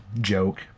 joke